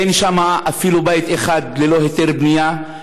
אין שם אפילו בית אחד ללא היתר בנייה,